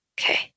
Okay